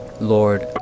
Lord